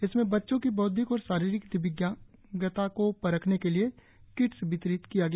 इसमें बच्चों की बौद्विक और शारीरिक दिव्यांगता को परखने के लिए किट्स वितरित किया गया